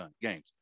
games